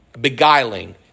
beguiling